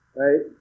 right